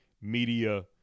media